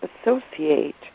associate